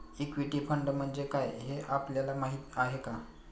Equity fund म्हणजे काय, हे आपल्याला माहीत आहे का?